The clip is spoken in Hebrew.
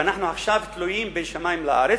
ואנחנו עכשיו תלויים בין שמים וארץ.